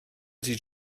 ydy